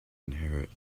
inherit